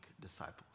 disciples